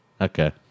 Okay